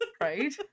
Right